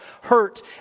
hurt